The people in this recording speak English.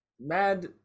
mad